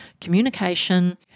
communication